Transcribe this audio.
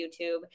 YouTube